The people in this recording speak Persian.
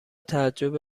تعجب